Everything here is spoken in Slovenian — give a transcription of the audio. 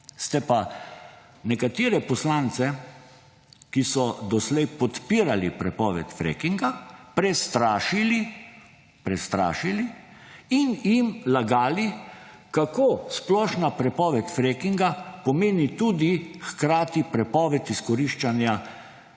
ste pa nekatere poslance, ki so doslej podpirali prepoved frackinga, prestrašili in jim lagali kako splošna prepoved frackinga pomeni tudi hkrati prepoved izkoriščanja